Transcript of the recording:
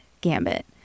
gambit